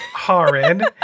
horrid